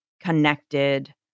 connected